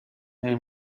mniej